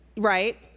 Right